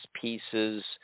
pieces